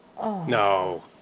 No